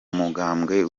mugambwe